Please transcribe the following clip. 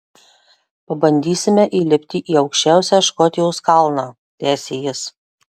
pabandysime įlipti į aukščiausią škotijos kalną tęsė jis